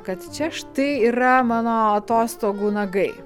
kad čia štai yra mano atostogų nagai